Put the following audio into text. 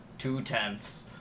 two-tenths